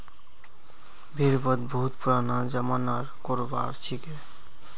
भेड़ वध बहुत पुराना ज़मानार करोबार छिके